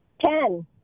Ten